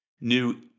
new